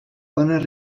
bones